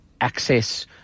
access